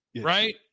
right